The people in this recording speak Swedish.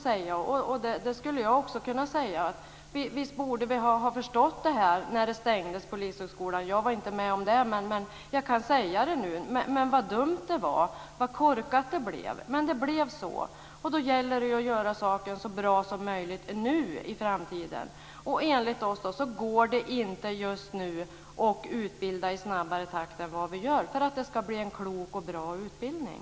Jag skulle också kunna säga att vi borde ha förstått, när vi stängde Polishögskolan. Jag var inte med om det. Men jag kan säga nu att det var dumt och korkat. Men det blev så. Nu gäller det att göra saker så bra som möjligt för framtiden. Enligt oss går det inte att just nu utbilda i snabbare takt än vi gör, för att det ska bli en klok och bra utbildning.